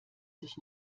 sich